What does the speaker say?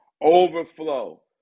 overflow